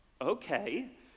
okay